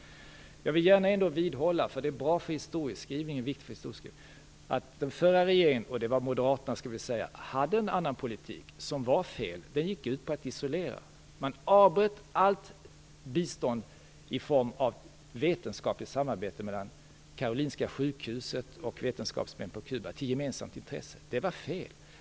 Jag vill ändå gärna vidhålla - det är bra och viktigt för historieskrivningen - att den förra regeringen - Moderaterna kanske jag skall säga - hade en annan politik som var fel. Den gick ut på att isolera. Man avbröt allt bistånd i form av vetenskapligt samarbete mellan Karolinska sjukhuset och vetenskapsmän på Kuba, ett samarbete som var av gemensamt intresse. Det var fel.